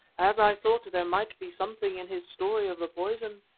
as i thought there might be something in his story of the poison.